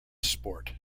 sport